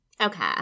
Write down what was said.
Okay